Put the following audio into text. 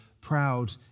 proud